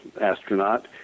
astronaut